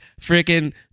freaking